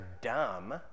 dumb